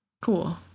Cool